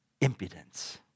Impudence